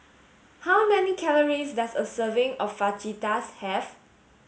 how many calories does a serving of Fajitas have